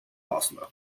oslo